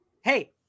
Hey